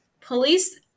Police-